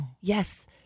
yes